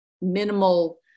minimal